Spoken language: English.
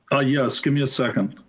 oh yes, give me a second.